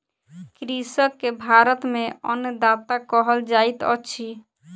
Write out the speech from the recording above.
कृषक के भारत में अन्नदाता कहल जाइत अछि